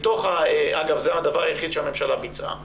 אגב, זה הדבר היחיד שהמדינה ביצעה.